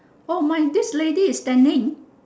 orh mine this lady is standing